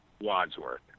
Wadsworth